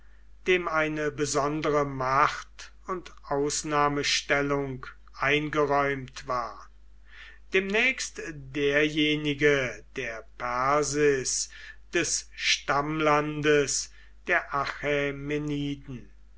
dem eine besondere macht und ausnahmestellung eingeräumt war demnächst derjenige der persis des stammlandes der